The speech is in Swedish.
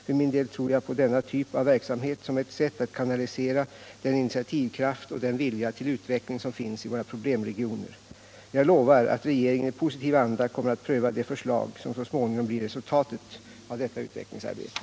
För min del tror jag på denna typ av verksamhet som ett sätt att kanalisera den initiativkraft och den vilja till utveckling som finns i våra problemregioner. Jag lovar att regeringen i positiv anda kommer att pröva de förslag som så småningom blir resultatet av detta utvecklingsarbete.